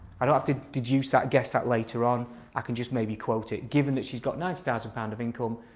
i don't have to deduce that or guess that later on i can just maybe quote it given that she's got ninety thousand pounds of income,